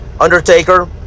Undertaker